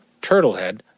turtlehead